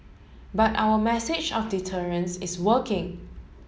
but our message of deterrence is working